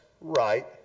right